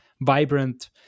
vibrant